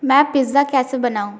मैं पिज़्ज़ा कैसे बनाऊँ